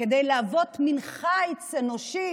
כדי להוות מין חיץ אנושי,